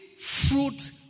Fruit